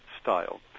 style